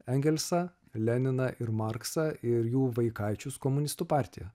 engelsą leniną ir marksą ir jų vaikaičius komunistų partiją